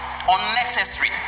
unnecessary